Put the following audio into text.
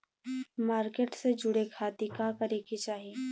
Market से जुड़े खाती का करे के चाही?